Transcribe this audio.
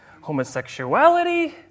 homosexuality